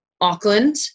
Auckland